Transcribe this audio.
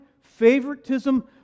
favoritism